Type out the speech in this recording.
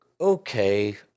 okay